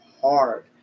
hard